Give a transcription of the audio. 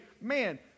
man